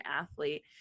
athlete